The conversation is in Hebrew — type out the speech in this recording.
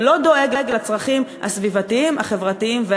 שלא דואג לצרכים הסביבתיים,